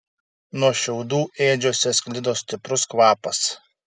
nuo šiaudų ėdžiose sklido stiprus kvapas